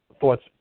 thoughts